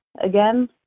again